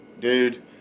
dude